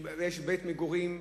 יש בית מגורים,